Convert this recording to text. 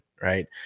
right